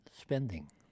spending